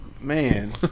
man